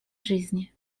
жизни